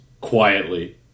quietly